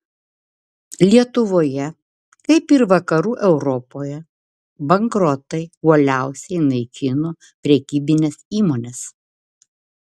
lietuvoje kaip ir vakarų europoje bankrotai uoliausiai naikino prekybines įmones